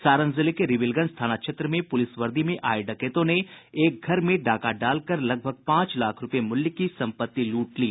सारण जिले के रिविलगंज थाना क्षेत्र में पूलिस वर्दी में आये डकैतों ने एक घर में डाका डालकर लगभग पांच लाख रूपये मूल्य की सम्पत्ति लूट ली